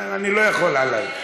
אני לא יכול עלייך.